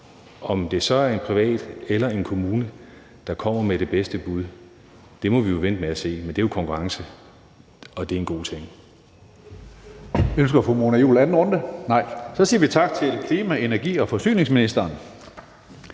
Om det så er en privat eller en kommune, der kommer med det bedste bud, må vi jo vente og se. Men det er jo konkurrence, og det er en god ting.